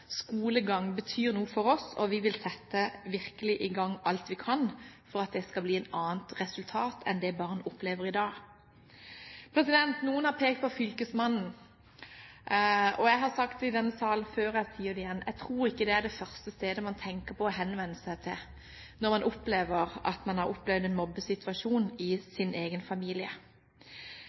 skolegang betyr noe for oss, og vi vil virkelig sette i gang alt vi kan for at det skal bli et annet resultat enn det barn opplever i dag. Noen har pekt på fylkesmannen. Jeg har sagt i denne salen før, og jeg sier det igjen: Jeg tror ikke det er det første stedet man tenker på å henvende seg når man har opplevd en mobbesituasjon i sin egen familie.